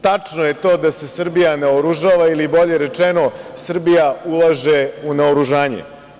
Tačno je to da se Srbija naoružava ili bolje rečeno, Srbija ulaže u naoružanje.